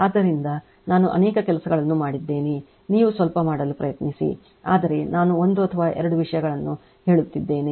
ಆದ್ದರಿಂದ ನಾನು ಅನೇಕ ಕೆಲಸಗಳನ್ನು ಮಾಡಿದ್ದೇನೆ ನೀವು ಸ್ವಲ್ಪ ಮಾಡಲು ಪ್ರಯತ್ನಿಸಿ ಆದರೆ ನಾನು ಒಂದು ಅಥವಾ ಎರಡು ವಿಷಯ ಗಳನ್ನು ಹೇಳುತ್ತಿದ್ದೇನೆ